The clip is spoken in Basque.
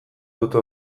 dute